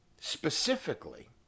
specifically